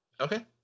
Okay